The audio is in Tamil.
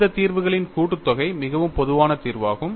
இந்த தீர்வுகளின் கூட்டுத்தொகை மிகவும் பொதுவான தீர்வாகும்